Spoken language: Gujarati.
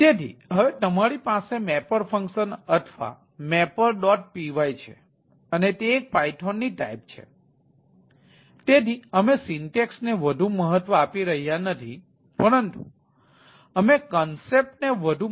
તેથી હવે તમારી પાસે મેપર ફંક્શનને વધુ મહત્વ આપી રહ્યા છીએ